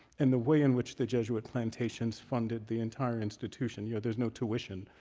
and the way in which the jesuits plantations funded the entire institution. yeah there's no tuition